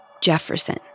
Jefferson